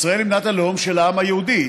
ישראל היא מדינת הלאום של העם היהודי.